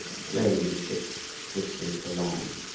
slowly the ship drifted along,